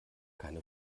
keine